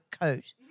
coat